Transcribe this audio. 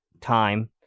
time